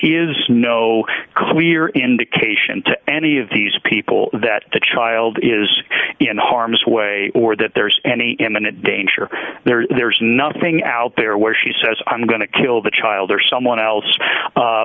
is no clear indication to any of these people that the child is in harm's way or that there's any imminent danger there there's nothing out there where she says i'm going to kill the child or someone else